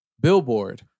Billboard